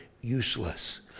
useless